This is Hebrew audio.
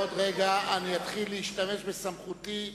בעוד רגע אני אתחיל להשתמש בסמכותי